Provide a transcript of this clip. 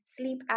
sleep